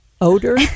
odor